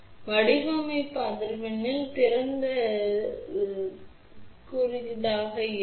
எனவே வடிவமைப்பு அதிர்வெண்ணில் திறந்த குறுகியதாக மாறும் பின்னர் அது திறந்திருக்கும்